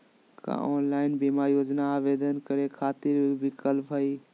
का ऑनलाइन बीमा योजना आवेदन करै खातिर विक्लप हई?